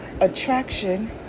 attraction